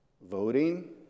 voting